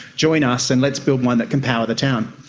join us and let's build one that can power the town.